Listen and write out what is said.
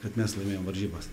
kad mes laimėjom varžybas